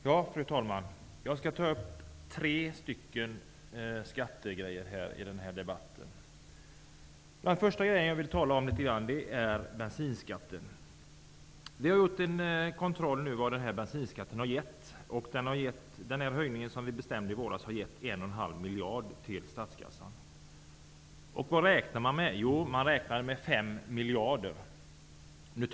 Fru talman! Jag skall ta upp tre skattefrågor i denna debatt. Den första gäller bensinskatten. En utvärdering av bensinskattehöjningen visar att denna höjning, som vi bestämde i våras, har gett en och en halv miljard till statskassan. Vad hade man räknat med? Jo, man hade räknat med 5 miljarder kronor.